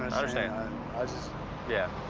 understand i just yeah.